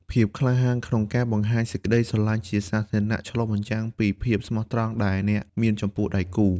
ភាពក្លាហានក្នុងការបង្ហាញសេចក្ដីស្រឡាញ់ជាសាធារណៈ ឆ្លុះបញ្ចាំងពីភាពស្មោះត្រង់ដែលអ្នកមានចំពោះដៃគូ។